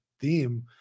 theme